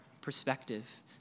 perspective